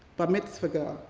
but mitzvah girl,